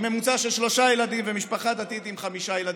שלושה ילדים, דתית, חמישה ילדים.